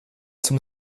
zum